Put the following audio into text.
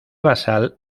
basal